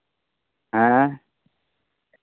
ᱦᱮᱸ